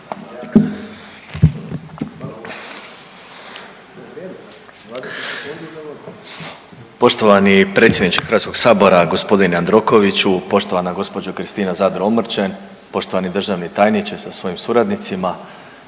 Poštovani predsjedniče HS-a g. Jandrokoviću, poštovana gđo. Kristina Zadro Omrčen, poštovani državni tajniče sa svojim suradnicima,